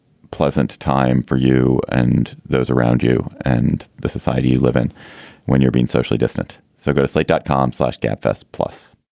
pleasant time for you and those around you and the society you live in when you're being socially distant? so go to slate dot com slash gabfests plus.